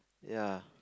ya